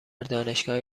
دانشگاه